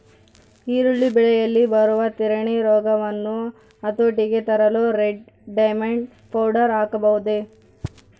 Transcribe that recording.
ಈರುಳ್ಳಿ ಬೆಳೆಯಲ್ಲಿ ಬರುವ ತಿರಣಿ ರೋಗವನ್ನು ಹತೋಟಿಗೆ ತರಲು ರೆಡ್ ಡೈಮಂಡ್ ಪೌಡರ್ ಹಾಕಬಹುದೇ?